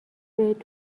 بهت